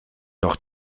noch